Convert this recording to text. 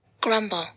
Grumble